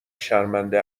شرمنده